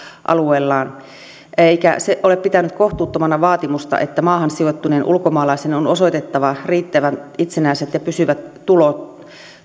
alueellaan eikä se ole pitänyt kohtuuttomana vaatimusta että maahan sijoittuneen ulkomaalaisen on osoitettava riittävän itsenäiset ja pysyvät tulot